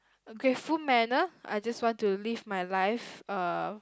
grateful manner I just want to leave my life uh